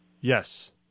Yes